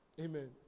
Amen